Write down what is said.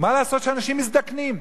מה לעשות שאנשים מזדקנים?